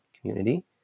community